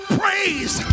praise